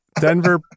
Denver